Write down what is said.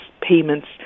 payments